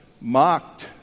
mocked